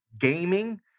gaming